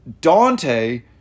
Dante